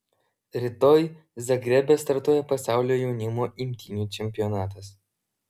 rytoj zagrebe startuoja pasaulio jaunimo imtynių čempionatas